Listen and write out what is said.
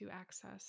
access